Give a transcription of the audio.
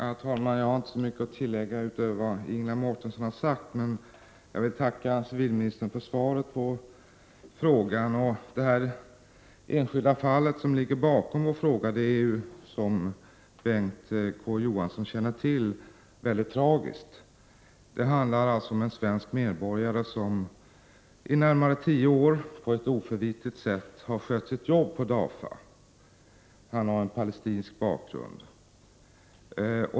Herr talman! Jag har inte så mycket att tillägga utöver vad Ingela Mårtensson har sagt. Jag vill emellertid tacka civilministern för svaret på frågan. Det enskilda fall som ligger bakom vår fråga är ju, som Bengt K Å Johansson känner till, mycket tragiskt. Det handlar alltså om en svensk medborgare som i närmare tio år på ett oförvitligt sätt har skött sitt arbete på DAFA. Mannen har palestinsk bakgrund.